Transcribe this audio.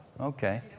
Okay